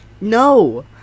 No